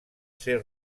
ser